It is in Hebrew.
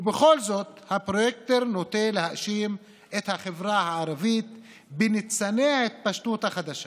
ובכל זאת הפרויקטור נוטה להאשים את החברה הערבית בניצני ההתפשטות החדשה.